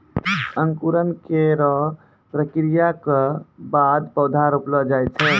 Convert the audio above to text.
अंकुरन केरो प्रक्रिया क बाद पौधा रोपलो जाय छै